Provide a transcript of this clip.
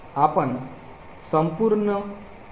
आपण संपूर्ण libmylib